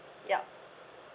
yup